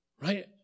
right